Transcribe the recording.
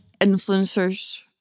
influencers